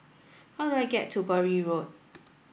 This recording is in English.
how do I get to Bury Road